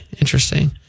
Interesting